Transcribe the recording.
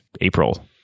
april